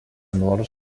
nors